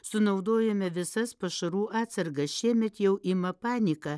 sunaudojome visas pašarų atsargas šiemet jau ima panika